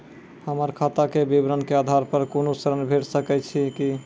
हमर खाता के विवरण के आधार प कुनू ऋण भेट सकै छै की?